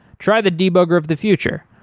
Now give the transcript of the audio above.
try the debugger of the future,